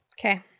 Okay